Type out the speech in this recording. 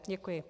Děkuji.